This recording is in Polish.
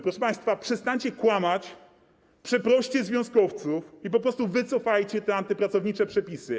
Proszę państwa, przestańcie kłamać, przeproście związkowców i po prostu wycofajcie te antypracownicze przepisy.